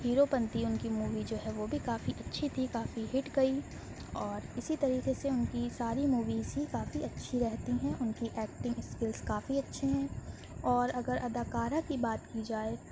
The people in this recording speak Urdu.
ہیروپنتی ان کی مووی جو ہے وہ بھی کافی اچھی تھی کافی ہٹ گئی اور اسی طریقے سے ان کی ساری موویز ہی کافی اچھی رہتی ہیں ان کی ایکٹنگ اسکلس کافی اچھے ہیں اور اگر اداکارہ کی بات کی جائے